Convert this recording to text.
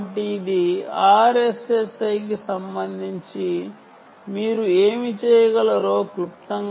కాబట్టి ఇది RSSI కి సంబంధించి మీరు ఏమి చేయగలరో క్లుప్తంగా చెప్పాను